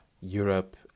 Europe